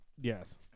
Yes